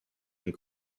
and